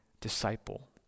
disciple